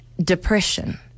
depression